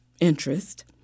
interest